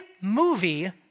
movie